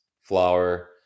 flour